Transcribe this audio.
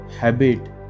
Habit